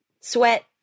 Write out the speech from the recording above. sweat